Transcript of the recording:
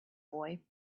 boy